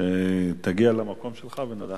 להגיע למקום שלך ונצביע.